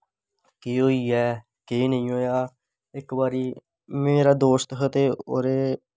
केह् होईया केह् नेंई होआ इक बारी मेरा दोस्त हा ते ओह्दे